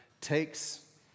takes